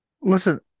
Listen